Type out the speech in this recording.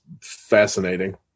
fascinating